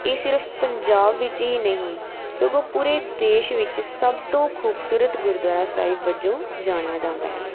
ਇਹ ਸਿਰਫ ਪੰਜਾਬ ਵਿੱਚ ਹੀ ਨਹੀਂ ਸਗੋਂ ਪੂਰੇ ਦੇਸ਼ ਵਿੱਚ ਸਭ ਤੋਂ ਖੂਬਸੂਰਤ ਗੁਰਦੁਆਰਾ ਸਾਹਿਬ ਵਜੋਂ ਜਾਣਿਆ ਜਾਂਦਾ ਹੈ